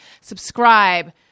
subscribe